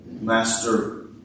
Master